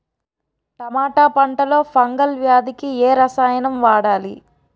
టమాటా పంట లో ఫంగల్ వ్యాధికి ఏ రసాయనం వాడాలి?